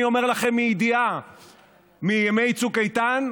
אני אומר לכם מידיעה מימי צוק איתן,